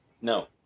No